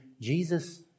Jesus